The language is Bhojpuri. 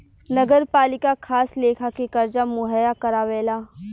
नगरपालिका खास लेखा के कर्जा मुहैया करावेला